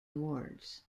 awards